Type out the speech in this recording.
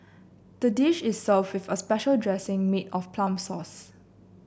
the dish is served with a special dressing made of plum sauce